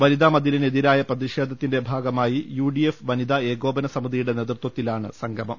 വനിതാ മതിലിന് ് എതിരായ പ്രതിഷേധത്തിന്റെ ഭാഗമായി യുഡിഎഫ് വനിതാ ഏകോപന സമിതിയുടെ നേതൃത്വത്തിലാണ് സംഗമം